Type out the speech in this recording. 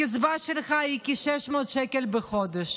הקצבה שלך היא כ-600 שקל בחודש,